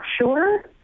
sure